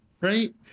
Right